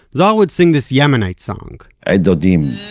zohar would sing this yemenite song, et dodim